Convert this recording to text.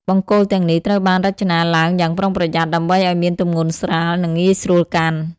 បង្គោលទាំងនេះត្រូវបានរចនាឡើងយ៉ាងប្រុងប្រយ័ត្នដើម្បីឱ្យមានទម្ងន់ស្រាលនិងងាយស្រួលកាន់។